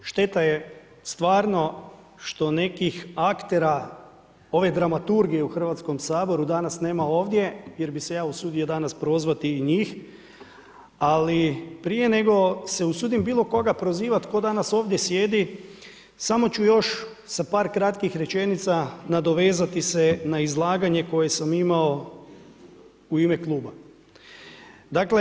Šteta je stvarno što nekih aktera ove dramaturgije u Hrvatskom saboru danas nema ovdje jer bi se ja usudio prozvati i njih, ali prije nego se usudim bilokoga prozivati tko danas ovdje sjedi, samo ću još sa par kratkih rečenica nadovezati se na izlaganje koje sam imao u ime kluba.